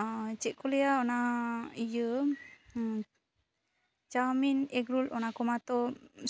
ᱚ ᱪᱮᱫ ᱠᱚ ᱞᱟᱹᱭᱟ ᱚᱱᱟ ᱤᱭᱟᱹ ᱪᱟᱣᱢᱤᱱ ᱮᱜᱽᱨᱳᱞ ᱚᱱᱟ ᱠᱚ ᱢᱟᱛᱚ